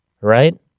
right